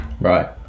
right